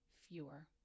fewer